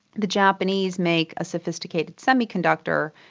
the japanese make a sophisticated semiconductor,